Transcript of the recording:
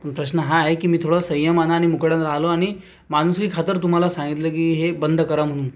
प्रश्न हा आहे की मी थोडा संयमाने आणि मुकाट्याने राहिलो आणि माणुसकीखातर तुम्हाला सांगितलं की हे बंद करा म्हणून